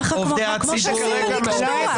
ככה כמו שעושים בדיקטטורה.